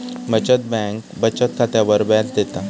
बचत बँक बचत खात्यावर व्याज देता